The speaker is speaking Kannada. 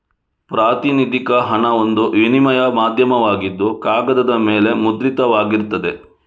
ಪ್ರಾತಿನಿಧಿಕ ಹಣ ಒಂದು ವಿನಿಮಯ ಮಾಧ್ಯಮವಾಗಿದ್ದು ಕಾಗದದ ಮೇಲೆ ಮುದ್ರಿತವಾಗಿರ್ತದೆ